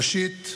ראשית,